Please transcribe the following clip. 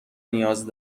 نیاز